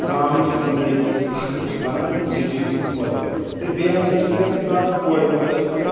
گام گامٕچ زنٛدگی سخٕت چھِ بنان سٹی ہِنٛدۍ خٲطرٕ تہٕ بیٚیہِ ہسا چھُ پرٛؠتھ ساتہٕ کورِ مول یژھان